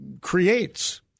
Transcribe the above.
creates